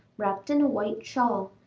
wrapped in a white shawl,